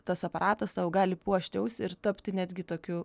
tas aparatas tau gali puošti ausį ir tapti netgi tokiu